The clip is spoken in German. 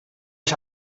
ich